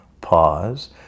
Pause